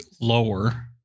lower